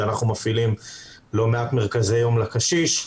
ואנחנו מפעילים לא מעט מרכזי יום לקשיש,